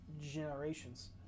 generations